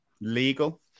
legal